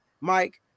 mike